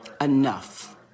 Enough